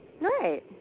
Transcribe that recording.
Right